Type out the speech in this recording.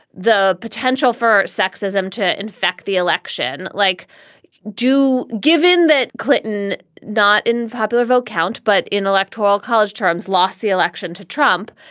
the potential for sexism to infect the election like i do. given that clinton not in popular vote count but intellectual college terms lost the election to trump,